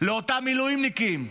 לאותם מילואימניקים,